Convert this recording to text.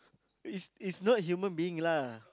is is not human being lah